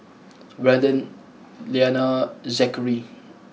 Braeden Liana Zackery